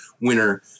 winner